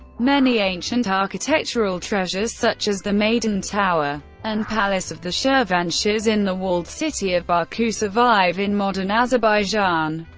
many ancient architectural treasures such as the maiden tower and palace of the shirvanshahs in the walled city of baku survive in modern azerbaijan.